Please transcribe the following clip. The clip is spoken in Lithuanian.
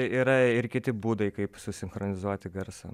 yra ir kiti būdai kaip su sinchronizuoti garsą